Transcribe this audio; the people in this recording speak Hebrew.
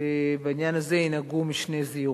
בעניין הזה ינהגו משנה זהירות.